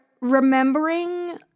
remembering